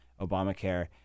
Obamacare